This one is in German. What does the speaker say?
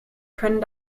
können